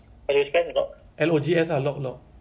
then investigate maybe S_Q_L or something